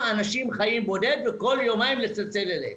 אנשים חיים לבד וכל יומיים לצלצל אליהם.